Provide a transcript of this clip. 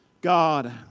God